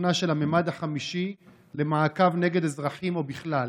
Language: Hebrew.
של הממד החמישי למעקב נגד אזרחים או בכלל.